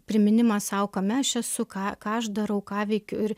priminimą sau kame aš esu ką ką aš darau ką veikiu ir